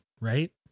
right